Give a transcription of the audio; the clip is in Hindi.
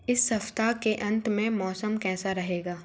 इस सप्ताह के अंत में मौसम कैसा रहेगा